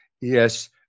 Yes